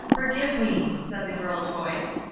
forgive me, said the girl's voice.